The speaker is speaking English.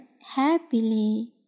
happily